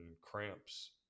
cramps